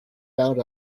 bowed